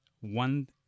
one